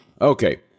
okay